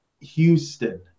Houston